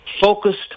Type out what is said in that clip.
focused